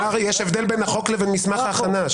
הוא אמר שיש הבדל בין החוק לבין מסמך ההכנה.